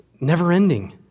never-ending